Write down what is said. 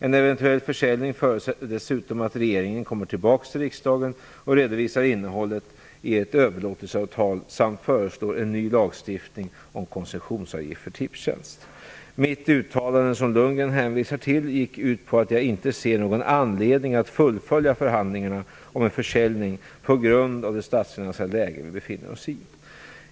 En eventuell försäljning förutsätter dessutom att regeringen kommer tillbaks till riksdagen och redovisar innehållet i ett överlåtelseavtal samt föreslår en ny lagstiftning om koncessionsavgift för Tipstjänst. Mitt uttalande som Bo Lundgren hänvisar till gick ut på att jag inte ser någon anledning att fullfölja förhandlingarna om en försäljning på grund av det statsfinansiella läge som vi befinner oss i.